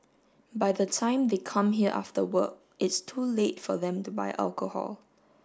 by the time they come here after work it's too late for them to buy alcohol